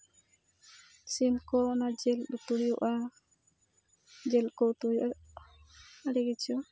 ᱥᱤᱢ ᱠᱚ ᱚᱱᱟ ᱡᱤᱞ ᱩᱛᱩ ᱦᱩᱭᱩᱜᱼᱟ ᱡᱤᱞ ᱠᱚ ᱩᱛᱩ ᱦᱩᱭᱩᱜᱼᱟ ᱟᱹᱰᱤ ᱠᱤᱪᱷᱩ